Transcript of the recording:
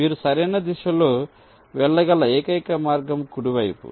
మీరు సరైన దిశలో వెళ్ళగల ఏకైక మార్గం కుడి వైపు